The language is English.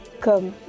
comme